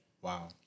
Wow